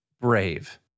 brave